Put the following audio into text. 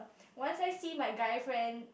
once I see my guy friend